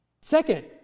Second